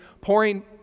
pouring